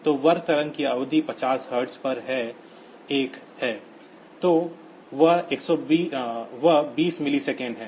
तो वर्ग तरंग की अवधि 50 हर्ट्ज पर 1 है तो वह 20 मिलीसेकंड है